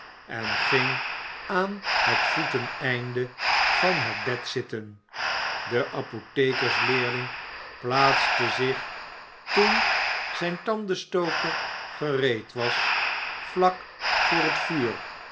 en ging aan het voeteneinde van het bed zitten de apothekersleerling plaatste zich toen zijn tandenstoker gereed was vlak voor het vuur